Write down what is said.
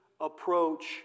approach